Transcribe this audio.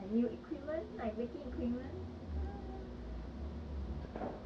and I buy like new equipment like baking equipment